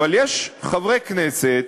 אבל יש חברי כנסת,